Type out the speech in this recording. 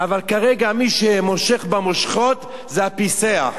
אבל כרגע מי שמושך במושכות זה הפיסח,